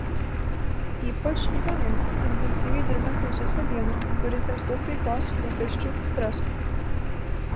ypač žmonėms intensyviai dirbantiems visą dieną turintiems daug veiklos rūpesčių streso